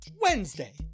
Wednesday